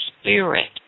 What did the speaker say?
Spirit